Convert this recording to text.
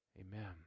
Amen